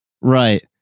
right